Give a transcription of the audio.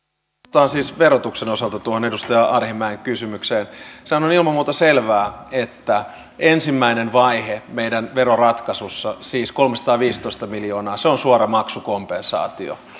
vastaan siis verotuksen osalta tuohon edustaja arhinmäen kysymykseen sehän on ilman muuta selvää että ensimmäinen vaihe meidän veroratkaisussamme siis kolmesataaviisitoista miljoonaa on suora maksukompensaatio